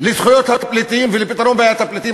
לזכויות הפליטים ולפתרון בעיית הפליטים